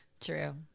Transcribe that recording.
True